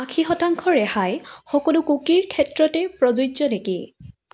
আশী শতাংশ ৰেহাই সকলো কুকিৰ ক্ষেত্ৰতে প্ৰযোজ্য নেকি